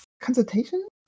consultation